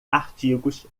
artigos